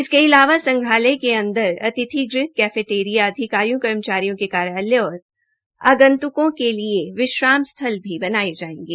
इसके अलावा संग्रहालय के अंदर अतिथि गृह कैफेटेरिया अधिकारियों कर्मचारियों के कार्यालय तथा आगंतुकों के लिए विश्राम स्थल भी बनवाए जाएंगे